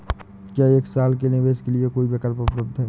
क्या एक साल के निवेश के लिए कोई विकल्प उपलब्ध है?